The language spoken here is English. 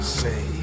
say